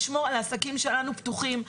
לשמור על העסקים שלנו פתוחים.